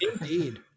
indeed